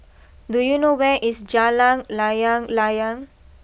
do you know where is Jalan Layang Layang